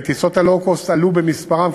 וטיסות ה-Low Cost עלו במספרן,